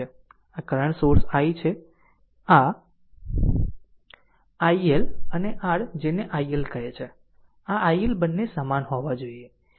આ current source i છે આ iL અને r જેને આ iL કહે છે અને આ iL બંને સમાન હોવા જોઈએ